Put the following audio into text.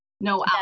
No